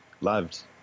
loved